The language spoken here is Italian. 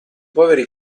poveri